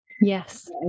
Yes